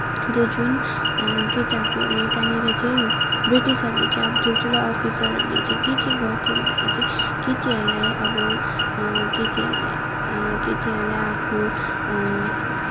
त्यो जुन केटाको है त्यहाँनिर चाहिँ ब्रिटिसहरूले चाहिँ अब ठुल ठुलो अफिसरहरूले चाहिँ के चाहिँ गर्थ्यो भन्दाखेरि चाहिँ केटीहरूलाई अब केटीहरूलाई केटीहरूलाई आफ्नो